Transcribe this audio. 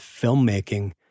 filmmaking